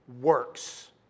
works